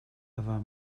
war